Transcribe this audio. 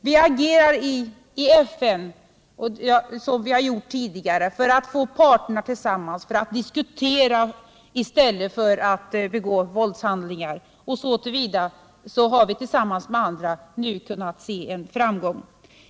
Vi agerar i FN, som vi har gjort tidigare, i syfte att få parterna tillsammans för att diskutera i stället för att begå våldshandlingar, och så till vida har vi jämte andra nu kunnat se en framgång.